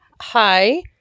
hi